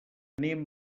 anem